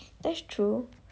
that's true